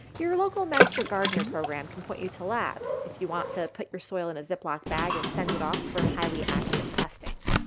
your local master gardener program can point you to labs if you want to put your soil in a ziploc bag and send it off for highly accurate testing.